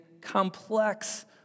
complex